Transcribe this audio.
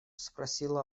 спросила